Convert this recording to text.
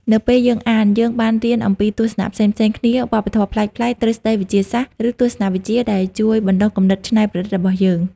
នៅពេលយើងអាន យើងបានរៀនអំពីទស្សនៈផ្សេងៗគ្នា វប្បធម៌ប្លែកៗ ទ្រឹស្ដីវិទ្យាសាស្ត្រ ឬទស្សនវិជ្ជា ដែលជួយ បណ្ដុះគំនិតច្នៃប្រឌិត របស់យើង។